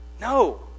No